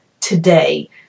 today